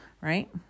right